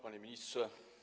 Panie Ministrze!